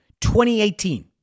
2018